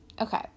okay